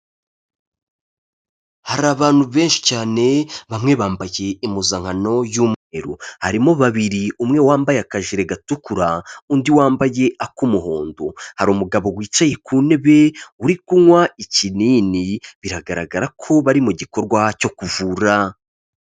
Hari abantu benshi cyane bamwe bambaye impuzankano y'umweru, harimo babiri umwe wambaye akajire gatukura undi wambaye ak'umuhondo, hari umugabo wicaye ku ntebe uri kunywa ikinini, biragaragara ko bari mu gikorwa cyo kuvura.